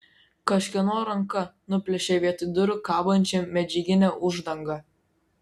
kažkieno ranka nuplėšė vietoj durų kabančią medžiaginę uždangą